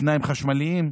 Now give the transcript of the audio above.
אופניים חשמליים,